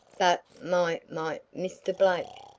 but my my mr. blake?